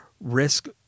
risk